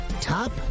Top